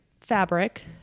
fabric